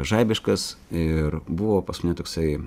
žaibiškas ir buvo pas mane toksai